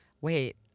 wait